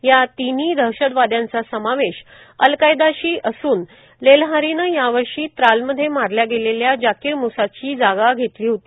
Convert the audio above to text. या तिन्ही दशतवादयांचा समावेश अलकायदाशी असून लेल्हारीनं यावर्षी त्रालमध्ये मारल्या गेलेल्या जाकिर मुसाची जागा घेतली होती